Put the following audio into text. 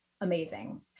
amazing